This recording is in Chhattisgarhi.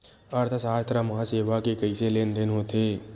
अर्थशास्त्र मा सेवा के कइसे लेनदेन होथे?